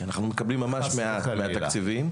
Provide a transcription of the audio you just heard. כי אנחנו מקבלים ממש מעט מהתקציבים.